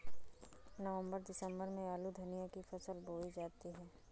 नवम्बर दिसम्बर में आलू धनिया की फसल बोई जाती है?